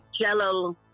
jello